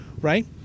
right